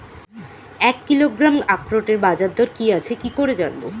এক কিলোগ্রাম আখরোটের বাজারদর কি আছে কি করে জানবো?